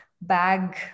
bag